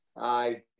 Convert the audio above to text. Aye